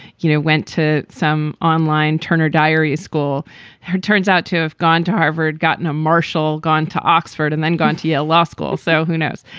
you know, went to some online turner diaries school who turns out to have gone to harvard, gotten a marshal, gone to oxford and then gone to yale law school. so who knows?